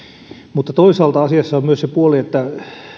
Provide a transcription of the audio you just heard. mutta toisaalta asiassa on myös se puoli että